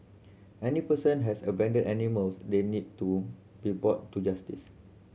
any person has abandoned animals they need to be brought to justice